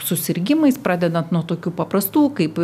susirgimais pradedant nuo tokių paprastų kaip